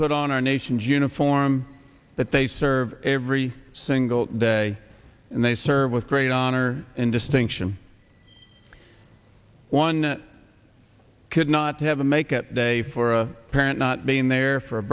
put on our nation's uniform that they serve every single day and they serve with great honor and distinction one could not have a make up day for a parent not being there for a